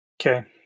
Okay